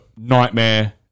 nightmare